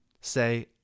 say